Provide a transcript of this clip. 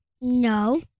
No